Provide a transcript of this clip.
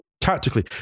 tactically